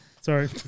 Sorry